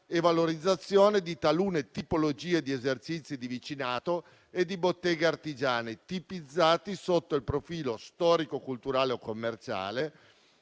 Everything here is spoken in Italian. e valorizzazione di talune tipologie di esercizi di vicinato e di botteghe artigiane, tipizzati sotto il profilo storico, culturale o commerciale,